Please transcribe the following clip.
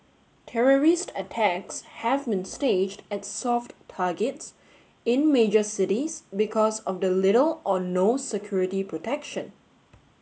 terrorist attacks have been staged at soft targets in major cities because of the little or no security protection